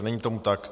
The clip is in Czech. Není tomu tak.